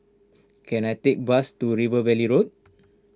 can I take a bus to River Valley Road